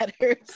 matters